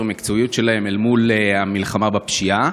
המקצועיות שלהם אל מול המלחמה בפשיעה.